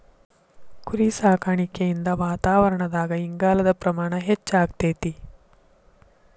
ಕುರಿಸಾಕಾಣಿಕೆಯಿಂದ ವಾತಾವರಣದಾಗ ಇಂಗಾಲದ ಪ್ರಮಾಣ ಹೆಚ್ಚಆಗ್ತೇತಿ